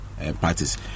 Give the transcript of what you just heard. Parties